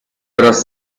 wraz